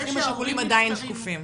האחים השכולים עדיין שקופים.